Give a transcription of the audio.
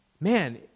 Man